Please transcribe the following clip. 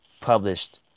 published